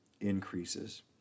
Increases